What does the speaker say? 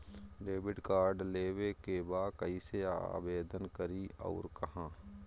Debit card लेवे के बा कइसे आवेदन करी अउर कहाँ?